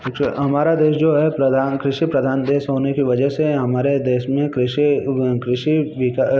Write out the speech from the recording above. हमारा देश जो है प्रधान कृषि प्रधान देश होने की वजह से हमारे देश में कृषि अ कृषि विका अ